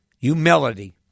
humility